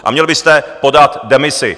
A měl byste podat demisi.